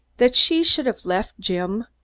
that she should have left jim,